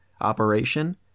operation